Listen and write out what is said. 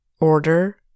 order